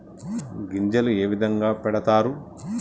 గింజలు ఏ విధంగా పెడతారు?